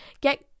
get